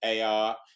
AR